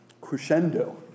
Crescendo